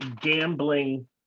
gambling